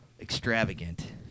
extravagant